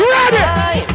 Ready